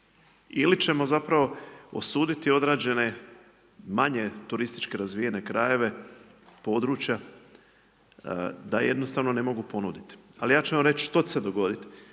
ili ćemo zapravo osuditi određene manje turistički razvijene krajeve, područja da jednostavno ne mogu ponuditi. Ali ja ću vam reći što će se dogoditi,